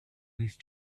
these